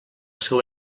seu